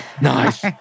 Nice